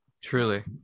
Truly